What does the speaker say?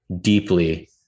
deeply